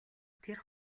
тэр